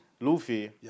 Luffy